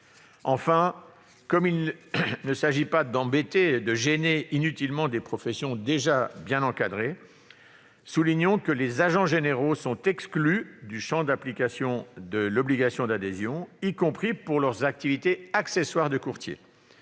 Enfin, comme il ne s'agit pas d'embêter inutilement des professions déjà bien encadrées, soulignons que les agents généraux sont exclus du champ de l'obligation d'adhésion, y compris pour leurs activités accessoires de courtier.